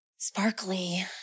sparkly